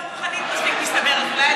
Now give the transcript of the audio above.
אבל אני לא רוחנית מספיק, מסתבר, אז אולי